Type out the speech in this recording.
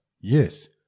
Yes